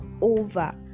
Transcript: over